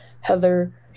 Heather